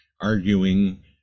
arguing